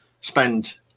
spend